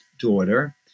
daughter